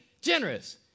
generous